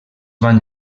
van